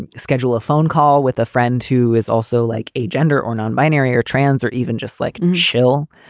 and schedule a phone call with a friend who is also like a gender or non-binary or trans or even just like in schill.